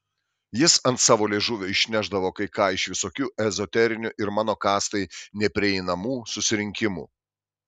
jis ant savo liežuvio išnešdavo kai ką iš visokių ezoterinių ir mano kastai neprieinamų susirinkimų